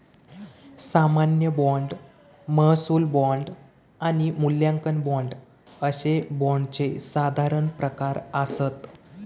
सामान्य बाँड, महसूल बाँड आणि मूल्यांकन बाँड अशे बाँडचे साधारण प्रकार आसत